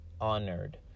honored